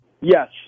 Yes